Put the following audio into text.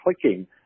clicking